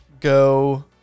go